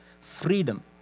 freedom